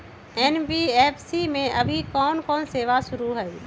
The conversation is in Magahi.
एन.बी.एफ.सी में अभी कोन कोन सेवा शुरु हई?